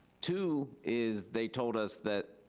two is they told us that,